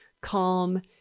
calm